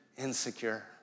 insecure